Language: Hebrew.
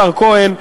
השר כהן,